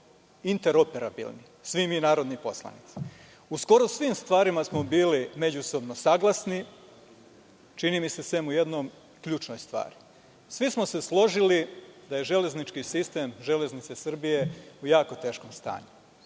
interoperabilni, svi mi narodni poslanici. U skoro svim stvarima smo bili međusobno saglasni, čini mi se, sem u jednoj ključnoj stvari. Svi smo se složili da je železnički sistem „Železnice Srbije“ u jako teškom stanju,